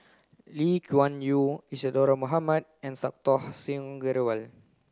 Lee Kuan Yew Isadhora Mohamed and Santokh Singh Grewal